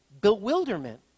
bewilderment